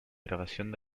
grabación